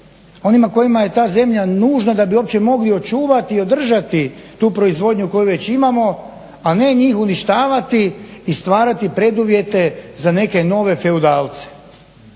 onima kojima je ta zemlja nužna da bi uopće mogli očuvati i održati tu proizvodnju koju već imamo, a ne njih uništavati i stvarati preduvjete za neke nove feudalce,